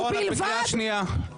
שרון, את בקריאה שנייה.